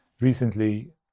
recently